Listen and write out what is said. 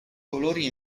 colori